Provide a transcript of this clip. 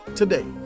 today